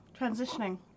transitioning